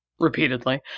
Repeatedly